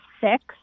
six